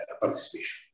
participation